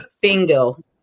bingo